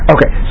Okay